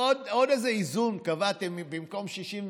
עוד איזה איזון: קבעתם במקום 61,